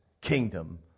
kingdom